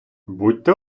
будьте